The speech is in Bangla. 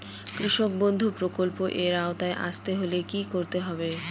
কৃষকবন্ধু প্রকল্প এর আওতায় আসতে হলে কি করতে হবে?